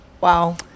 Wow